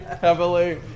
Heavily